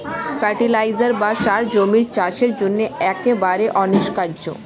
fertiliser বা সার জমির চাষের জন্য একেবারে অনস্বীকার্য